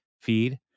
feed